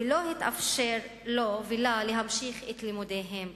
שלא התאפשר לו ולה להמשיך את לימודיהם בארץ.